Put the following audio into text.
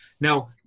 Now